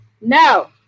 No